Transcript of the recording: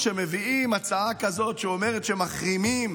כשמביאים הצעה כזאת שאומרת שמחרימים